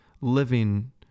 living